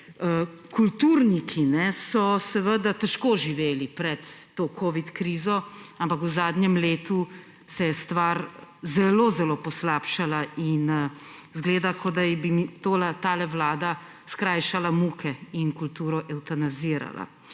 kulturniki so seveda težko živeli pred to covid krizo, ampak v zadnjem letu se je stvar zelo zelo poslabšala in izgleda, kot da bi ta vlada skrajšala muke in kulturo evtanazirala,